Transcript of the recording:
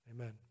amen